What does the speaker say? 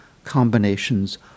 combinations